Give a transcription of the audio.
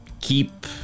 keep